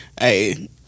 Hey